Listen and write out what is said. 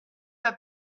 pas